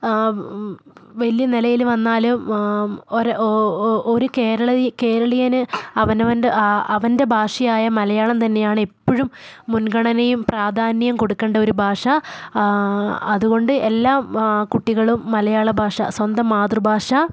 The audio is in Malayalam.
വലിയ നിലയിൽ വന്നാലും ഒരു കേരള കേരളീയന് അവനവൻ്റെ ആ അവൻ്റെ ഭാഷയായ മലയാളം തന്നെയാണ് എപ്പോഴും മുൻഗണനയും പ്രാധാന്യം കൊടുക്കേണ്ട ഒരു ഭാഷ അതുകൊണ്ട് എല്ലാ കുട്ടികളും മലയാള ഭാഷ സ്വന്തം മാതൃഭാഷ